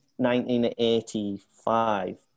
1985